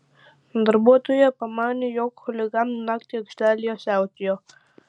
darbuotoja pamanė jog chuliganai naktį aikštelėje siautėjo